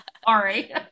Sorry